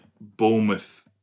Bournemouth